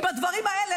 עם הדברים האלה,